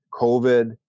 COVID